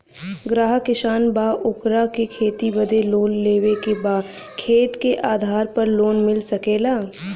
ग्राहक किसान बा ओकरा के खेती बदे लोन लेवे के बा खेत के आधार पर लोन मिल सके ला?